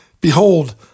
Behold